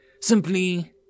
Simply